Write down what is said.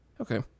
Okay